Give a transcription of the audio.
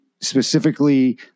specifically